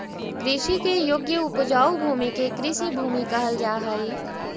कृषि के योग्य उपजाऊ भूमि के कृषिभूमि कहल जा हई